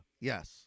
Yes